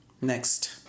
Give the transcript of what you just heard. Next